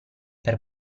per